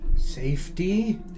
Safety